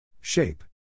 Shape